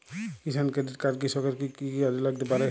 কিষান credit card কৃষকের কি কি কাজে লাগতে পারে?